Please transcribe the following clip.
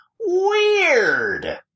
Weird